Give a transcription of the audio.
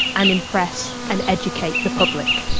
and impress and educate the public.